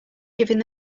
giving